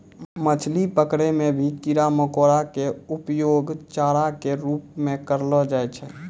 मछली पकड़ै मॅ भी कीड़ा मकोड़ा के उपयोग चारा के रूप म करलो जाय छै